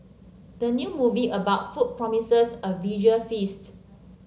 the new movie about food promises a visual feast